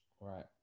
Right